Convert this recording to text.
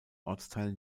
ortsteil